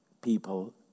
people